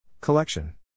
Collection